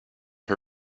her